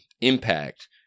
impact